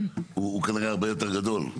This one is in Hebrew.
הוא כנראה הרבה יותר גדול.